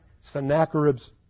Sennacherib's